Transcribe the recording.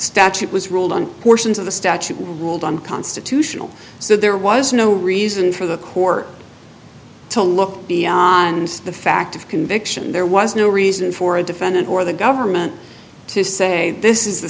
statute was ruled on portions of the statute ruled unconstitutional so there was no reason for the court to look beyond the fact of conviction there was no reason for a defendant or the government to say this is